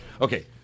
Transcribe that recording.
Okay